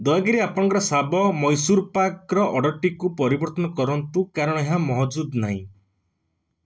ଦୟାକରି ଆପଣଙ୍କର ଶାବ ମୈସୁର ପାକ୍ର ଅର୍ଡ଼ର୍ଟିକୁ ପରିବର୍ତ୍ତନ କରନ୍ତୁ କାରଣ ଏହା ମହଜୁଦ ନାହିଁ